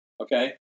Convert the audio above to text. okay